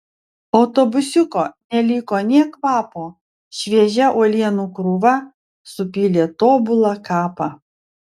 autobusiuko neliko nė kvapo šviežia uolienų krūva supylė tobulą kapą